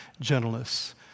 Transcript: gentleness